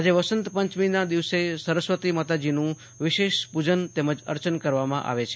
આજે વસંત પંચમીના દિવસે સરસ્વતી માતાજીનું વિશેષ પુજન અર્ચન કરવામાં આવશે